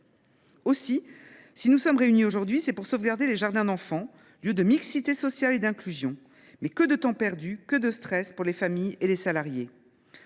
Aussi, si nous sommes réunis aujourd’hui, c’est bien pour sauvegarder les jardins d’enfants, lieux de mixité sociale et d’inclusion. Mais que de temps perdu, que de stress pour les familles et les salariés